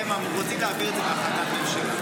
הם אמרו לי שהם רוצים להעביר את זה בהחלטת ממשלה.